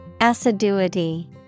Assiduity